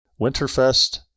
Winterfest